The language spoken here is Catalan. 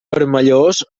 vermellós